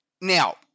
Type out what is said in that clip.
Now